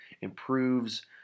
improves